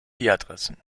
adressen